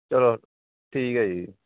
ਚਲੋ ਠੀਕ ਹੈ ਜੀ